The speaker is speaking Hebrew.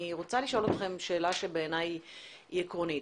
רוצה לשאול אתכם שאלה שבעיניי היא עקרונית.